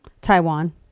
Taiwan